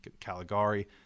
Caligari